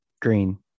Green